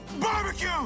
barbecue